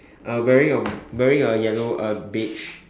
uh wearing a wearing a yellow uh beige